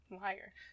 Liar